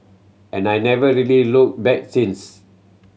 and I never really look back since